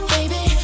Baby